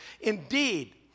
Indeed